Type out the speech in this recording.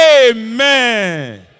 Amen